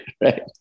right